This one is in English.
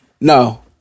No